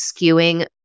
skewing